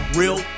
real